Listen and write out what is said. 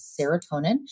serotonin